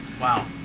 Wow